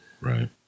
Right